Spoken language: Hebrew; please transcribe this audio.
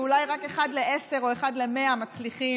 ואולי רק אחד לעשרה או אחד למאה מצליחים,